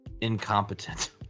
incompetent